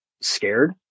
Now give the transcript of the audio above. scared